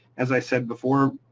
as i said before,